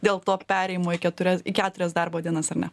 dėl to perėjimo į keturias į keturias darbo dienas ar ne